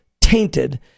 tainted